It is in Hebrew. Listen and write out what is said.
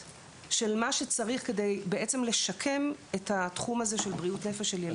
של מה שצריך כדי לשקם את התחום הזה של בריאות נפש של ילדים.